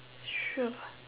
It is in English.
sure